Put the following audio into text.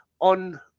on